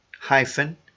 hyphen